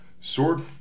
Sword